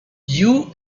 you